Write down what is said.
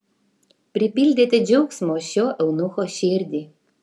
pripildėte džiaugsmo šio eunucho širdį